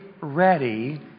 ready